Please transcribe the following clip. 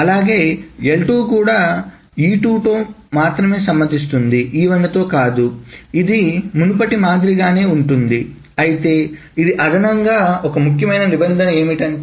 అలాగే L2 కూడా E2 తో మాత్రమే సమ్మతిస్తుంది E1 తో కాదు ఇది మునుపటి మాదిరిగానే ఉంటుంది అయితే ఇది అదనంగా ఒక ముఖ్యమైన నిబంధన ఏమిటంటే